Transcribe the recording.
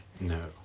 No